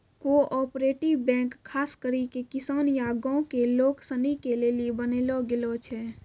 cooperative bank खास करी के किसान या गांव के लोग सनी के लेली बनैलो गेलो छै